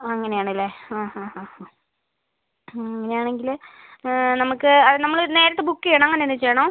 അങ്ങനെയാണല്ലേ അങ്ങനെയാണെങ്കിൽ നമുക്ക് അത് നമ്മൾ നേരത്തെ ബുക്ക് ചെയ്യണോ അങ്ങനെ എന്തെങ്കിലും ചെയ്യണോ